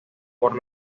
por